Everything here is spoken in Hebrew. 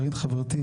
חברתי,